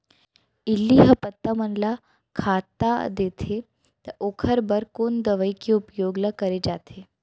इल्ली ह पत्ता मन ला खाता देथे त ओखर बर कोन दवई के उपयोग ल करे जाथे?